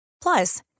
Plus